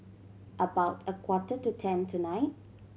about a quarter to ten tonight